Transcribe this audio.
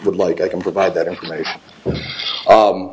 would like i can provide that information